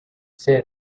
save